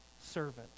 servant